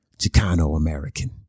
Chicano-American